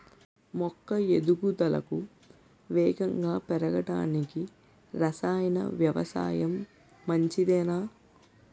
మొక్క ఎదుగుదలకు వేగంగా పెరగడానికి, రసాయన వ్యవసాయం మంచిదేనా?